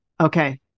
Okay